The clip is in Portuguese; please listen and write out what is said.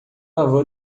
avô